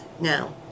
now